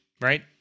right